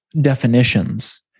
definitions